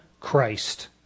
Christ